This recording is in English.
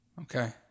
Okay